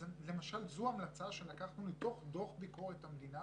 זאת למשל המלצה שלקחנו לתוך דוח ביקורת המדינה